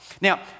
Now